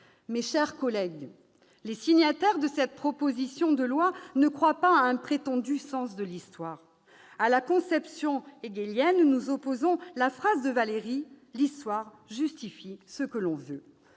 Mes chers collègues, les signataires de cette proposition de loi ne croient pas à un prétendu « sens de l'histoire ». À cette conception hégélienne, nous opposons la phrase de Valéry :« L'histoire justifie ce que l'on veut.